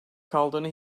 kaldığını